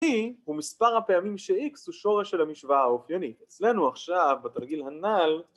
‫היא ומספר הפעמים ש-X ‫הוא שורש של המשוואה האופיינית. ‫אצלנו עכשיו בתרגיל הנ"ל...